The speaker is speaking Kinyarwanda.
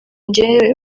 njyewe